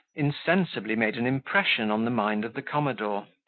insensibly made an impression on the mind of the commodore,